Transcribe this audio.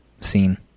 scene